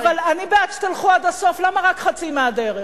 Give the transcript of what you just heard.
לא, אבל אני בעד שתלכו עד הסוף, למה רק חצי מהדרך?